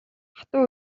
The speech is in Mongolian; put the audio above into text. хатуу